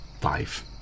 Five